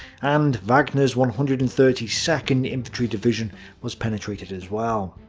and wagner's one hundred and thirty second infantry division was penetrated as well.